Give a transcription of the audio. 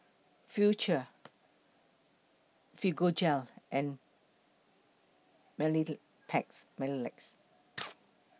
Futuro Fibogel and Mepilex